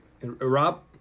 Rob